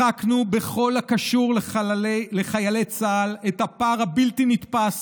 מחקנו, בכל הקשור לחיילי צה"ל, את הפער הבלתי-נתפס